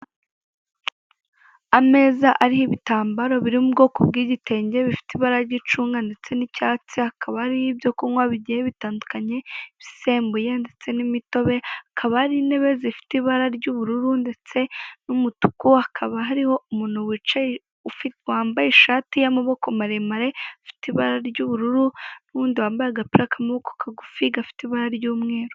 Ameza ariho ibitambaro birimo ubwoko bw'igitenge bifite ibara ry'icunga ndetse n'icyatsi akaba ari ibyo kunywa bigiye bitandukanye bisembuye ndetse n'imitobe, akaba ari intebe zifite ibara ry'ubururu ndetse n'umutuku, akaba hariho umuntu wicaye ufite wambaye ishati y'amaboko maremare afite ibara ry'ubururu n'undi wambaye agapira k'amaboko kagufi gafite ibara ry'umweru.